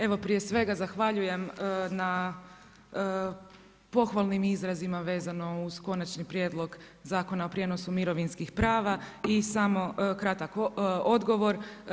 Evo prije svega zahvaljujem na pohvalnim izrazima vezano uz Konačni prijedlog zakona o prijenosu mirovinskih prava i samo kratak odgovor.